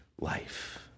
life